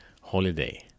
holiday